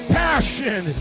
passion